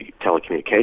telecommunications